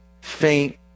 faint